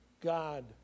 God